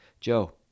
Joe